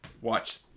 watch